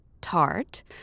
Tart